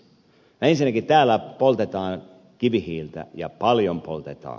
ensinnäkin täällä poltetaan kivihiiltä ja paljon poltetaan